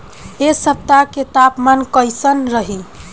एह सप्ताह के तापमान कईसन रही?